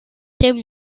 dem